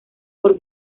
por